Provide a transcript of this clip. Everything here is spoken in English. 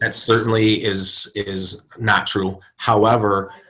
and certainly is is not true. however,